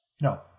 No